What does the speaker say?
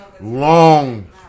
long